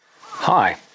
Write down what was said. Hi